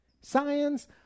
Science